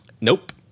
Nope